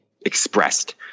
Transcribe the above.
expressed